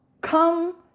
come